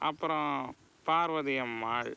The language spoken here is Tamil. அப்புறோம் பார்வதியம்மாள்